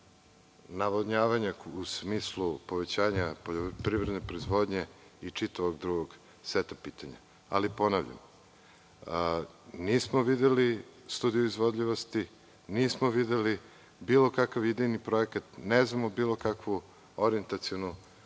navodnjavanje u smislu povećanja poljoprivredne proizvodnje i čitavog drugog seta pitanja. Ponavljam, nismo videli studiju izvodljivosti, nismo videli bilo kakav idejni projekat, ne znamo bilo kakvu orijentacionu